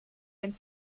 wenn